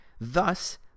Thus